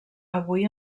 avui